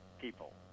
people